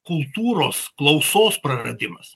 kultūros klausos praradimas